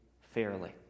fairly